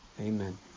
amen